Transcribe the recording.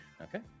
Okay